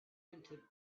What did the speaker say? into